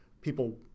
People